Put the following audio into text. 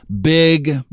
Big